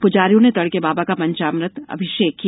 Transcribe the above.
प्जारियों ने तड़के बाबा का पंचामृत अभिषेक किया